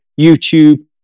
YouTube